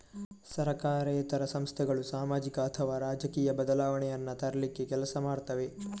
ಸರಕಾರೇತರ ಸಂಸ್ಥೆಗಳು ಸಾಮಾಜಿಕ ಅಥವಾ ರಾಜಕೀಯ ಬದಲಾವಣೆಯನ್ನ ತರ್ಲಿಕ್ಕೆ ಕೆಲಸ ಮಾಡ್ತವೆ